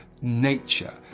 nature